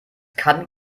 kann